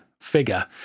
figure